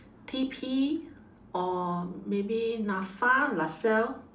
T_P or maybe NAFA lasalle